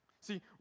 See